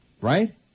Right